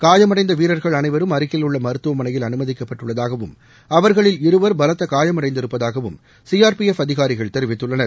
காயமடைந்த வீரர்கள் அனைவரும் அருகில் உள்ள மருத்துவமளையில் அனுமதிக்கப்பட்டுள்ளதாகவும் அவர்களில் இருவர் பலத்த காயமடைந்திருப்பதாகவும் சிஆர்பிஎஃப் அதிகாரிகள் தெரிவித்துள்ளனர்